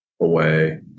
away